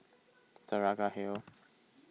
Saraca Hill